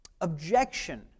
objection